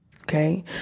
Okay